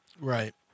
Right